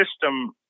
system